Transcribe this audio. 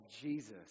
Jesus